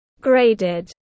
graded